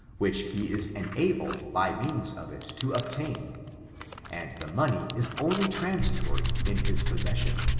which he is enabled by means of it to obtain and the money is only transitorily in his possession.